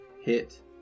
hit